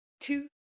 two